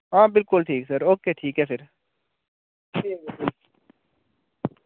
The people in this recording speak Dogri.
हां बिलकुल ठीक सर ओके ठीक ऐ फिर